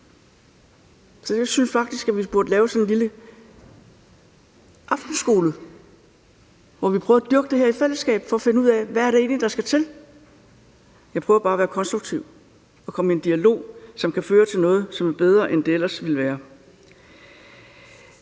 er. Jeg synes faktisk, vi burde lave en lille aftenskole, hvor vi i fællesskab prøver at dyrke det, for at finde ud af, hvad der egentlig skal til. Jeg prøver bare at være konstruktiv og komme i en dialog, der kan føre til noget, som er bedre, end det ellers ville være.